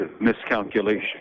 miscalculation